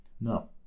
No